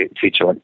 feature